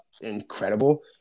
incredible